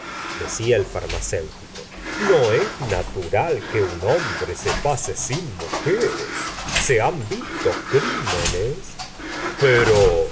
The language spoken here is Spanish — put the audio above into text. porque decia el farmacéutico no es natural que un hombre se pase sin mujeres se han visto crimenes pero